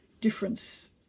difference